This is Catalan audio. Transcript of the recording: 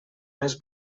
més